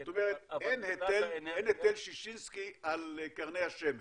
זאת אומרת אין היטל ששינסקי על קרני השמש,